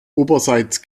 oberseits